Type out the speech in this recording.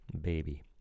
Baby